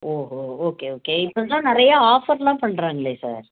ஓஹோ okay okay இப்போ தான் நிறையா ஆஃபர்லாம் பண்ணுறாங்களே சார்